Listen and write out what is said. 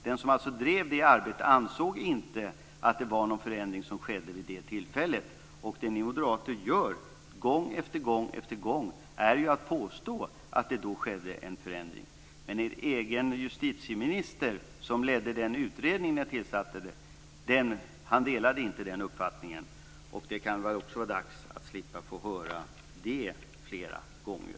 Den som drev detta arbete ansåg inte att det var någon förändring som skedde vid det tillfället. Det ni moderater gör gång efter gång är ju att påstå att det då skedde en förändring. Men er egen justitieminister, som ledde den utredning ni tillsatte, han delade inte den uppfattningen. Det kan vara dags att också slippa få höra det fler gånger.